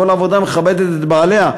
כל עבודה מכבדת את בעליה.